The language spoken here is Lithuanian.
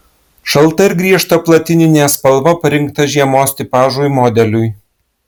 šalta ir griežta platininė spalva parinkta žiemos tipažui modeliui